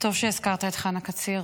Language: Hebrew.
טוב שהזכרת את חנה קציר,